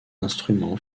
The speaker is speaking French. instrument